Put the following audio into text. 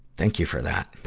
thank you for that.